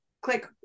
click